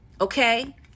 Okay